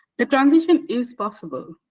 the transition is possible,